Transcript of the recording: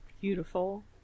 beautiful